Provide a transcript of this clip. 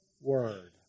word